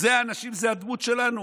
אלה האנשים וזאת הדמות שלנו.